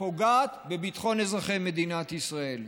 פוגעת בביטחון אזרחי מדינת ישראל.